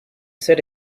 said